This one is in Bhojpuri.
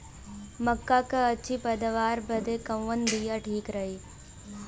मक्का क अच्छी पैदावार बदे कवन बिया ठीक रही?